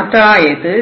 അതായത്